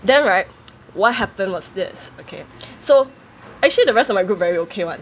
then right what happened was this okay so actually the rest of my group very okay [one]